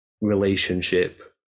relationship